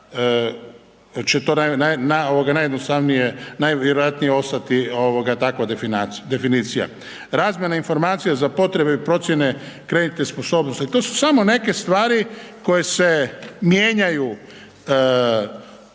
najvjerojatnije ostati ovoga takva definicija. Razmjena informacija za potrebe i procjene kreditne sposobnosti, to su samo neke stvari koje se mijenjaju Zakonom